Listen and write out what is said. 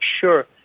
sure